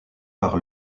par